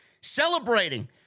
celebrating